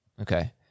Okay